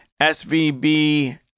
SVB